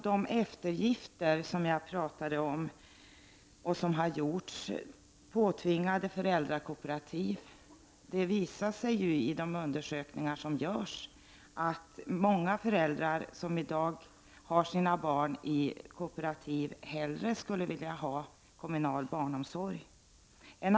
De eftergifter som har gjorts och som jag pratade om är t.ex. påtvingade föräldrakooperativ. Det visar sig i undersökningar som görs att många föräldrar som i dag har sina barn i kooperativ hellre skulle vilja ha kommunal barnomsorg.